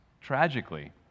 Tragically